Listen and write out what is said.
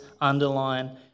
underline